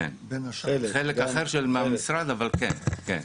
כן, חלק אחר מהמשרד, אבל כן.